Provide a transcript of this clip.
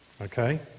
Okay